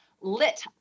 lit